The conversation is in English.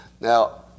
Now